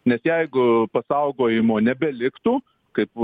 nes jeigu pasaugojimo nebeliktų kaip